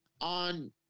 on